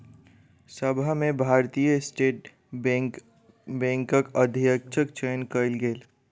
सभा में भारतीय स्टेट बैंकक अध्यक्षक चयन कयल गेल